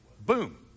boom